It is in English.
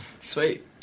Sweet